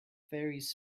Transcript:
faeries